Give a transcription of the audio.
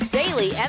daily